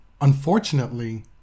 unfortunately